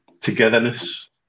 togetherness